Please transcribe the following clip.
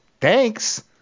Thanks